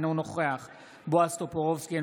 אינו נוכח בועז טופורובסקי,